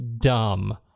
dumb